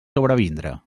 sobrevindre